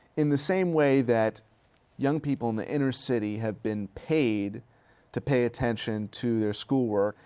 in the same way that young people in the inner city have been paid to pay attention to their schoolwork,